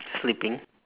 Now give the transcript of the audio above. sleeping